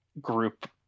group